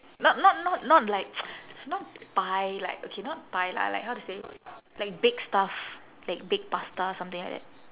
not not not not like not pie like okay not pie lah like how to say like baked stuff like baked pasta something like that